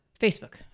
Facebook